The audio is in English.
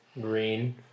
green